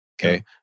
Okay